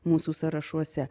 mūsų sąrašuose